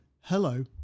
hello